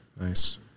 Nice